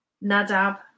Nadab